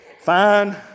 Fine